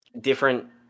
different